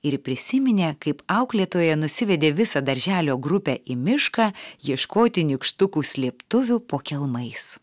ir prisiminė kaip auklėtoja nusivedė visą darželio grupę į mišką ieškoti nykštukų slėptuvių po kelmais